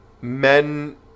men